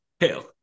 hell